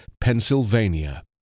Pennsylvania